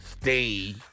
Stay